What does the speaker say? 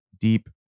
deep